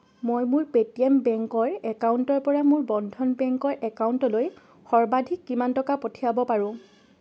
মই মোৰ Paytm payment বেংকৰ একাউণ্টৰ পৰা মোৰ বন্ধন বেংকৰ একাউণ্টলৈ সৰ্বাধিক কিমান টকা পঠিয়াব পাৰোঁ